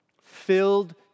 filled